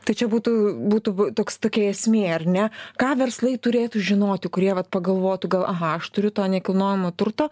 tai čia būtų būtų bu toks tokia esmė ar ne ką verslai turėtų žinoti kurie vat pagalvotų gal aha aš turiu to nekilnojamo turto